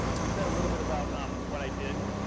we said a little bit about um what i did.